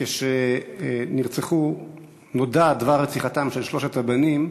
כשנודע דבר רציחתם של שלושת הבנים,